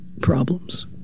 problems